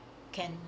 can